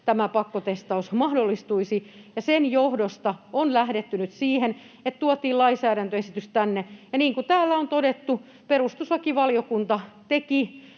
tämä pakkotestaus mahdollistuisi, ja sen johdosta on lähdetty nyt siihen, että tuotiin lainsäädäntöesitys tänne. Ja niin kuin täällä on todettu, perustuslakivaliokunta teki